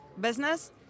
business